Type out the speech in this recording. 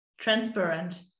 transparent